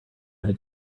had